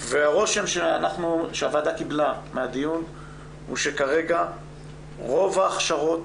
והרושם שהוועדה קיבלה מהדיון הוא שכרגע רוב ההכשרות